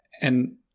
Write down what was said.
And-